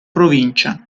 provincia